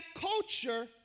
culture